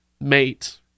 mate